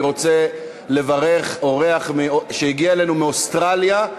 אני רוצה לברך אורח שהגיע אלינו מאוסטרליה.